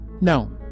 No